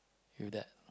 with that